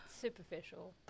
superficial